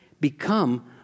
become